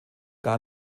gar